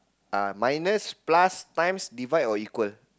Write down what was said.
uh minus plus times divide or equal